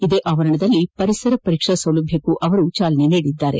ಇದೇ ಆವರಣದಲ್ಲಿ ಪರಿಸರ ಪರೀಕ್ಷಾ ಸೌಲಭ್ಯಕ್ಕೂ ಚಾಲನೆ ನೀಡಿದರು